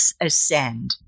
Ascend